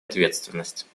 ответственность